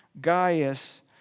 Gaius